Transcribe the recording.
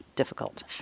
difficult